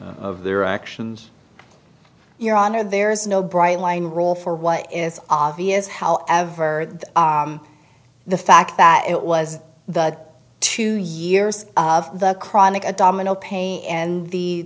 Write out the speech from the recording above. of their actions your honor there is no bright line rule for why is obvious however the fact that it was the two years of the chronic a domino pain and the